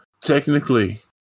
technically